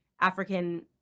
african